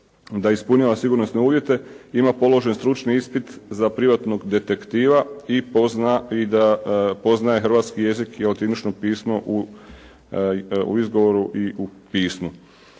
da ispunjava sigurnosne uvjete, ima položen stručni ispit za privatnog detektiva i da poznaje hrvatski jezik i latinično pismo u izgovoru i u pismu.